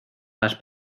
las